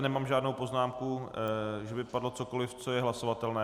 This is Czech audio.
Nemám zde žádnou poznámku, že by padlo cokoliv, co je hlasovatelné.